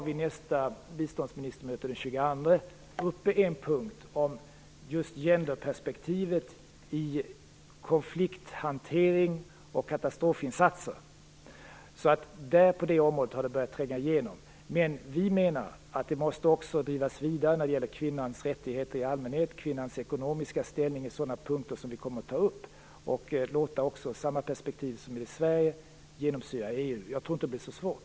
Vid nästa biståndsministermöte, den 22 november, kommer vi att ta upp en punkt om just gender-perspektivet i konflikthantering och katastrofinsatser. På det området har det börjat tränga igenom. Vi menar att det också måste drivas vidare. Kvinnans rättigheter i allmänhet och kvinnans ekonomiska ställning är sådana punkter som vi kommer att ta upp. Vi kommer att låta samma perspektiv som i Sverige genomsyra EU. Jag tror inte att det blir svårt.